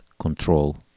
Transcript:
Control